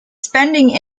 spending